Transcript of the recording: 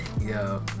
Yo